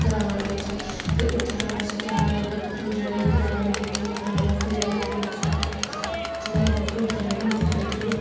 ग्रांऽ बिच्च ते उत्थै उसी केह् आखदे बच्च जेह्ड़े ग्रांऽ दे निक्के मुट्टे लोग होंदे जानि के उच्चे होंदे जिं'दे कोल गड्डी नेईं होंदियां ठीक ऐ